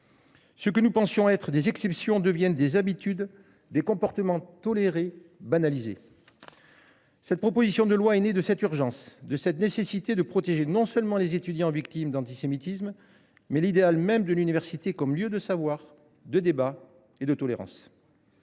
que nous pensions être des exceptions deviennent des habitudes, des comportements tolérés et banalisés. Le présent texte est né de cette urgence, de la nécessité de protéger non seulement les étudiants victimes d’antisémitisme, mais aussi l’idéal même de l’université comme lieu de savoir, de débat et de tolérance.